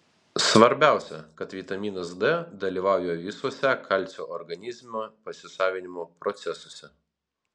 svarbiausia kad vitaminas d dalyvauja visuose kalcio organizme pasisavinimo procesuose